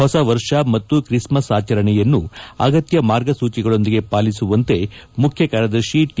ಹೊಸ ವರ್ಷ ಮತ್ತು ಕ್ರಿಸ್ಮಸ್ ಆಚರಣೆಯನ್ನು ಅಗತ್ತ ಮಾರ್ಗಸೂಚಿಗಳೊಂದಿಗೆ ಪಾಲಿಸುವಂತೆ ಮುಖ್ಡ ಕಾರ್ಯದರ್ಶಿ ಟಿ